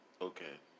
Okay